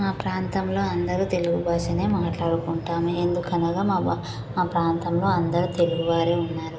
మా ప్రాంతంలో అందరూ తెలుగు భాషనే మాట్లాడుకుంటాము ఎందుకనగా మా బా మా ప్రాంతంలో అందరూ తెలుగువారే ఉన్నారు